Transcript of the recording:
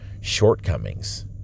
shortcomings